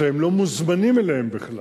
שהם לא מוזמנים אליהם בכלל.